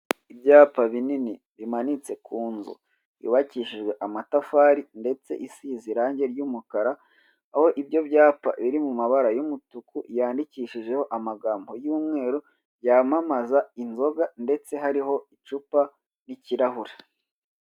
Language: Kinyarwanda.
Ibyapa bini ni bimanitse ku nzu yubakishijwe amatafari ndetse isize irange ry'umukara, aho ibyo byapa biri mu mabara y'umutuku yandikishijeho amagambo y'umweru, byamamaza inzoga ndetse hariho icupa n'ikirahure.